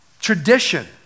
tradition